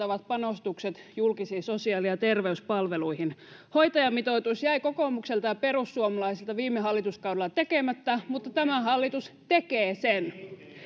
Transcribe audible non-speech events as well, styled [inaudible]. [unintelligible] ovat panostukset julkisiin sosiaali ja terveyspalveluihin hoitajamitoitus jäi kokoomukselta ja perussuomalaisilta viime hallituskaudella tekemättä mutta tämä hallitus tekee sen